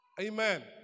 Amen